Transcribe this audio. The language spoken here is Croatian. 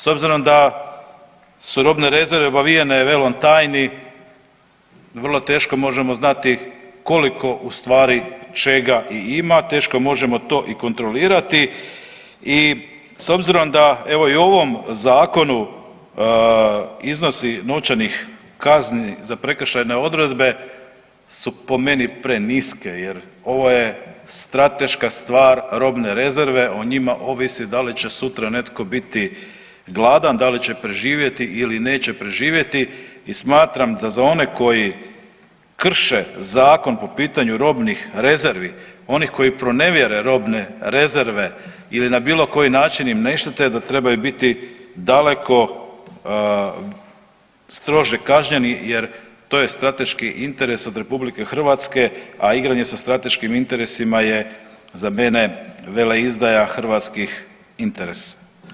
S obzirom da su robne rezerve obavijene velom tajni vrlo teško možemo znati koliko u stvari čega i ima, teško možemo to i kontrolirati i s obzirom da evo i u ovom zakonu iznosi novčanih kazni za prekršajne odredbe su po meni preniske jer ovo je strateška stvar robne rezerve, o njima ovisi da li će sutra netko biti gladan, da li će preživjeti ili neće preživjeti i smatram da za one koji krše zakon po pitanju robnih rezervi, onih koji pronevjere robne rezerve ili na bilo koji način im ne štete da trebaju biti daleko strože kažnjeni jer to je strateški interes od RH, a igranje sa strateškim interesima je za mene veleizdaja hrvatskih interesa.